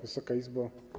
Wysoka Izbo!